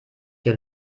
hier